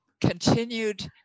continued